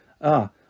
Ah